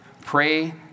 Pray